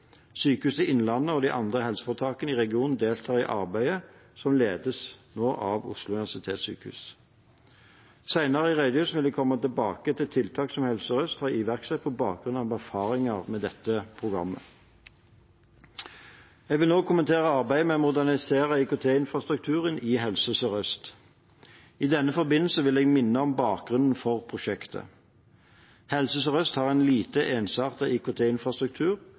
Sykehuset Innlandet og de andre helseforetakene i regionen deltar i arbeidet som nå ledes av Oslo universitetssykehus. Senere i redegjørelsen vil jeg komme tilbake til tiltak som Helse Sør-Øst har iverksatt på bakgrunn av erfaringer med dette programmet. Jeg vil nå kommentere arbeidet med å modernisere IKT-infrastrukturen i Helse Sør-Øst. I denne forbindelse vil jeg minne om bakgrunnen for prosjektet. Helse Sør-Øst har en lite